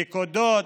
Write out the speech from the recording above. נקודות,